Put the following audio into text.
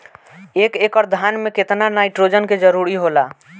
एक एकड़ धान मे केतना नाइट्रोजन के जरूरी होला?